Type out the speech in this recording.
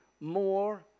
more